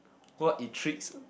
what intrigues